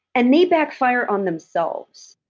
and they backfire on themselves.